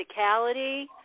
physicality